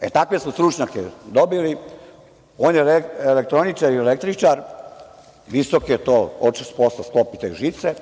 e takve su stručnjake dobili, on je elektroničar i električar, visok je, očas posla sklopi te žice,